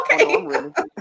Okay